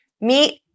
meet